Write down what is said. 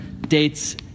dates